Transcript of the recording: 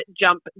jump